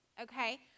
Okay